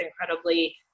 incredibly